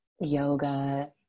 yoga